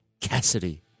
Cassidy